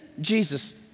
Jesus